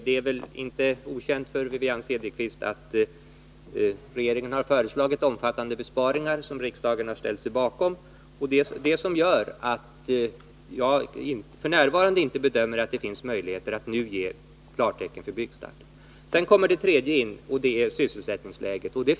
Det är väl inte okänt för Wivi-Anne Cederqvist att regeringen har föreslagit omfattande besparingar som riksdagen har ställt sig bakom. Det är det som gör att jag f. n. inte bedömer det vara möjligt att nu ge klartecken för en byggstart. Den tredje frågan gäller sysselsättningsläget.